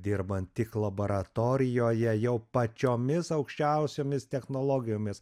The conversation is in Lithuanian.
dirbant tik laboratorijoje jau pačiomis aukščiausiomis technologijomis